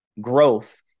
growth